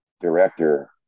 director